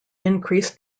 increased